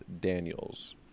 daniels